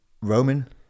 Roman